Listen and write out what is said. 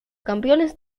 campeones